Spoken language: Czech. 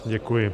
Děkuji.